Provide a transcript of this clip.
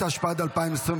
התשפ"ד 2024,